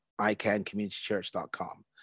icancommunitychurch.com